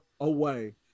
away